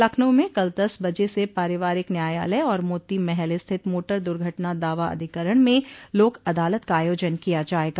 लखनऊ में कल दस बजे से पारिवारिक न्यायालय और मोती महल स्थित मोटर दुर्घटना दावा अधिकरण में लोक अदालत का आयोजन किया जायेगा